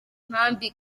nkambi